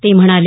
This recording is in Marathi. ते म्हणाले